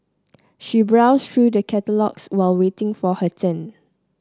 she browsed through the catalogues while waiting for her turn